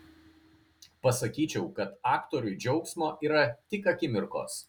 pasakyčiau kad aktoriui džiaugsmo yra tik akimirkos